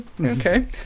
Okay